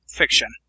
fiction